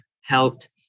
helped